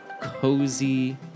cozy